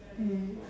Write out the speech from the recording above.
mm